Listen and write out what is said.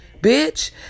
bitch